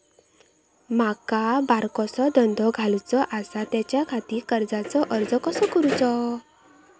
माका बारकोसो धंदो घालुचो आसा त्याच्याखाती कर्जाचो अर्ज कसो करूचो?